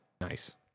Nice